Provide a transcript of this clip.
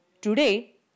Today